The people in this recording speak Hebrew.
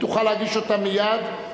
ותוכל להגיש אותה מייד.